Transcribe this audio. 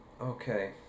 Okay